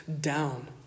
down